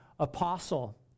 apostle